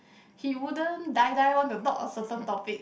he wouldn't die die want to talk a certain topic